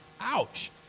Ouch